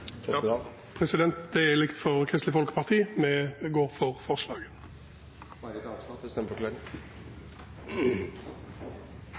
Det er likt for Kristelig Folkeparti – vi går inn for forslaget. Marit Arnstad – til